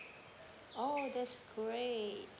oh that's great